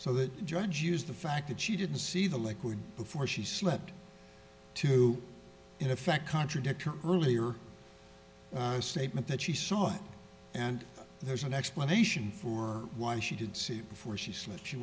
so that the judge used the fact that she didn't see the liquid before she slept to in effect contradicts your earlier statement that she saw it and there's an explanation for why she did see before she said she